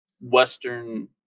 Western